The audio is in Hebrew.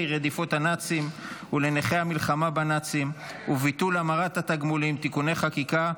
רדיפות הנאצים ולנכי המלחמה בנאצים וביטול המרת תגמולים (תיקוני חקיקה),